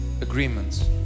agreements